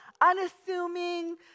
unassuming